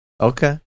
Okay